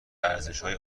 ارزشهای